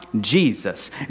Jesus